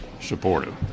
supportive